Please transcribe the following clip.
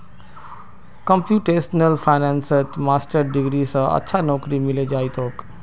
computational फाइनेंसत master degree स अच्छा नौकरी मिले जइ तोक